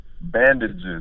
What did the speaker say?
bandages